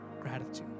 gratitude